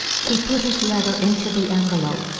he put his letter into the envelope,